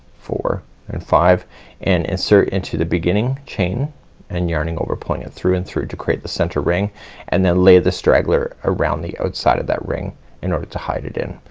four and five and insert into the beginning chain and yarning over pulling it through and through to create the center ring and then lay the straggler around the outside of that ring in order to hide it in.